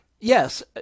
Yes